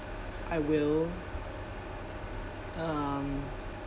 I will um